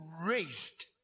raised